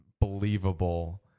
believable